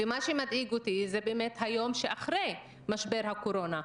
מה שמדאיג אותי זה היום שאחרי משבר הקורונה,